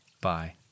Bye